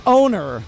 owner